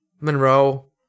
Monroe